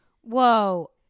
Whoa